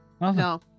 No